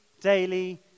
daily